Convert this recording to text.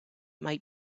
might